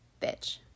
bitch